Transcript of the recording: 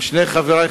עם שני חברי,